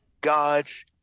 God's